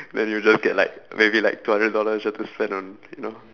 then you just get like maybe like two hundred dollars just to spend on you know